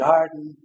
Garden